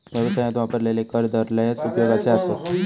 व्यवसायात वापरलेले कर दर लयच उपयोगाचे आसत